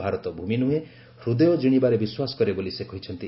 ଭାରତ ଭୂମି ନୁହେଁ ହୃଦୟ ଜିଣିବାରେ ବିଶ୍ୱାସ କରେ ବୋଲି ସେ କହିଛନ୍ତି